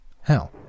Hell